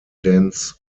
dance